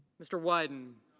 mr. wyden.